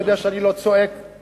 אתה יודע שאני לא צועק בכנסת,